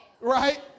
Right